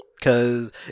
Cause